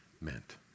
meant